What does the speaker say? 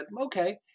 okay